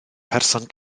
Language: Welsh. person